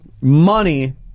money